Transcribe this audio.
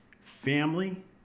family